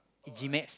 G Max